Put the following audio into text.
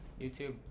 YouTube